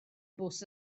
bws